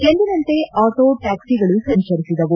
ಎಂದಿನಂತೆ ಆಟೋ ಟ್ಯಾಕ್ಷಿಗಳು ಸಂಚರಿಸಿದವು